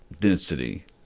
density